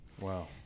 Wow